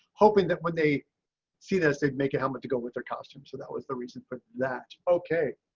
hoping that when they see this, they make a helmet to go with their costume. so that was the reason for that. okay.